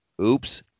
oops